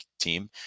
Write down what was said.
team